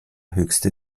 höchste